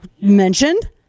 mentioned